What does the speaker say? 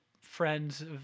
friends